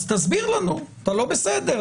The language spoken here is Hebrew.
אז תסביר לנו אתה לא בסדר,